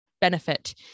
benefit